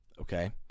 okay